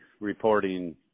reporting